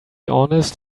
honest